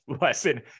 lesson